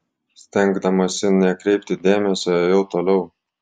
stengdamasi nekreipti dėmesio ėjau toliau